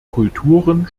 kulturen